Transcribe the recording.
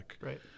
Right